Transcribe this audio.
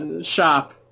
shop